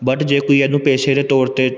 but ਜੇ ਕੋਈ ਇਹਨੂੰ ਪੇਸ਼ੇ ਦੇ ਤੌਰ 'ਤੇ